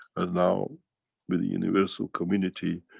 and now with the universal community,